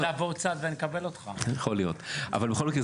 בכל מקרה,